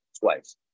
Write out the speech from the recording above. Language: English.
twice